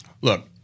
Look